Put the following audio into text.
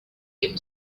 him